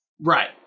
Right